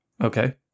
Okay